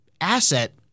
asset